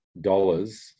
dollars